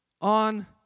on